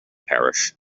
parish